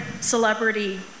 celebrity